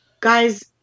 Guys